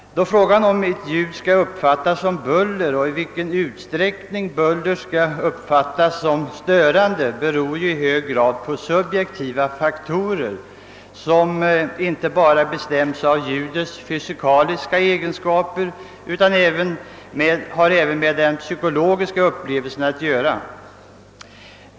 Huruvida ett ljud skall uppfattas som buller och i vilken utsträckning buller skall uppfattas som störande beror i hög grad på subjektiva bedömningar, inte bara av ljudets fysiska egenskaper. Dessutom sammanhänger dessa bedömningar med den psykologiska upplevelsen.